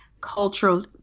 cultural